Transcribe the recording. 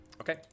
Okay